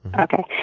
okay.